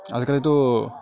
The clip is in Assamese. আজিকালিতো